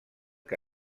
que